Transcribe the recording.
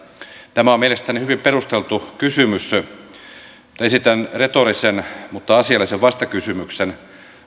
tämä on mielestäni hyvin perusteltu kysymys mutta esitän retorisen mutta asiallisen vastakysymyksen